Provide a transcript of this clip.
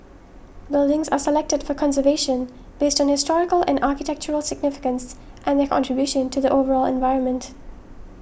buildings are selected for conservation based on historical and architectural significance and their contribution to the overall environment